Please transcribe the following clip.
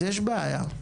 יש בעיה.